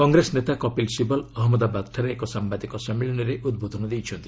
କଂଗ୍ରେସ ନେତା କପିଲ ଶିବଲ ଅହମ୍ମଦାବାଦଠାରେ ଏକ ସାମ୍ଭାଦିକ ସମ୍ମିଳନୀରେ ଉଦ୍ବୋଧନ ଦେଇଛନ୍ତି